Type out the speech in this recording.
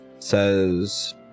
says